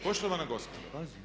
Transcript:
Poštovana gospodo.